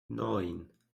neun